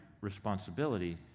responsibility